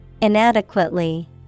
Inadequately